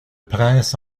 prince